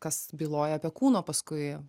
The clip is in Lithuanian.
kas byloja apie kūno paskui